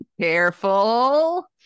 Careful